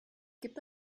gibt